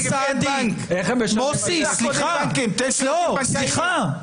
מוסי, סיימת.